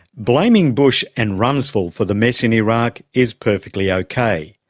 blaming bush and rumsfeld for the mess in iraq is perfectly okay.